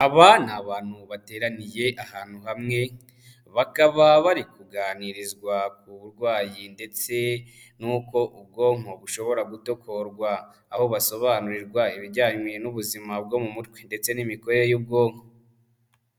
Aba ni abantu bateraniye ahantu hamwe, bakaba bari kuganirizwa ku burwayi ndetse n'uko ubwonko bushobora gutokorwa. Aho basobanurirwa ibijyanye n'ubuzima bwo mu mutwe ndetse n'imikorere y'ubwonko.